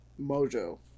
Mojo